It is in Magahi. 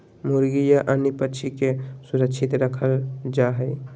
मुर्गी या अन्य पक्षि के सुरक्षित रखल जा हइ